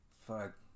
fuck